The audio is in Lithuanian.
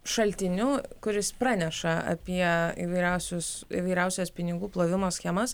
šaltiniu kuris praneša apie įvairiausius įvairiausias pinigų plovimo schemas